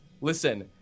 listen